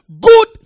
Good